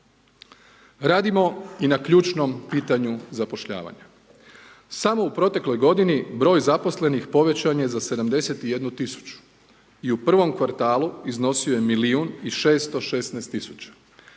Radimo i na ključnom pitanju zapošljavanja. Samo u protekloj g. broj zaposlenih povećan je za 71000 i u prvom kvartalu iznosio je milijun